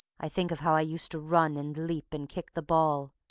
i think of how i used to run and leap and kick the ball,